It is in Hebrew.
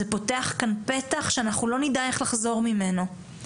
זה פותח כאן פתח שאנחנו לא נדע איך לחזור ממנו.